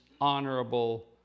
honorable